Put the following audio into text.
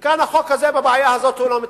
כאן, בבעיה הזאת החוק לא מטפל.